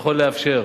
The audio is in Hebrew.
יכול לאפשר.